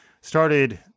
started